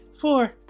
four